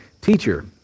Teacher